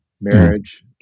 marriage